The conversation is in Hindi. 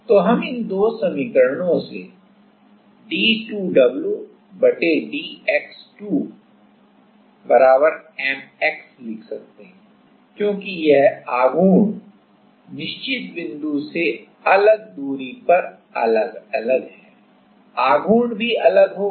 तो इन दो समीकरणों से हम d2wdx2Mx लिख सकते हैं क्योंकि यह आघूर्ण निश्चित बिंदु से अलग दूरी पर अलग है आघूर्ण भी अलग होगा